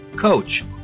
coach